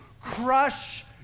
crush